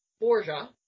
Borgia